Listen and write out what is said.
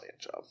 job